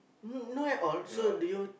not at all so do you